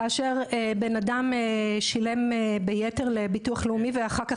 כאשר בן אדם שילם ביתר לביטוח הלאומי ואחר כך